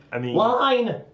line